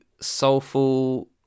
soulful